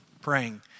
praying